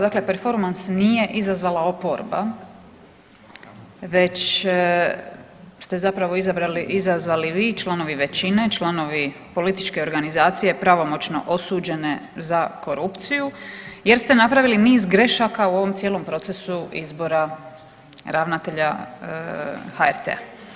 Dakle, performans nije izazvala oporba već ste zapravo izazvali vi članovi većine, članovi političke organizacije pravomoćno osuđene za korupciju jer ste napravili niz grešaka u ovom cijelom procesu izbora ravnatelja HRT-a.